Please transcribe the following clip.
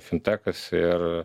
fintekas ir